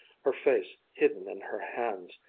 her face hidden in her hands,